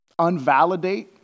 unvalidate